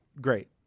great